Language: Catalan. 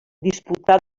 disputà